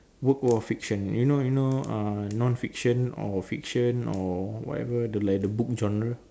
work of fiction you know you know uh non fiction or fiction or whatever the like the book genre